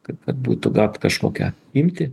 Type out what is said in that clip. kad kad būtų gauta kažkokia imti